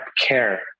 care